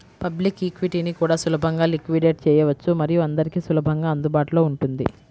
public ఈక్విటీని కూడా సులభంగా లిక్విడేట్ చేయవచ్చు మరియు అందరికీ సులభంగా అందుబాటులో ఉంటుంది